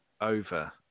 over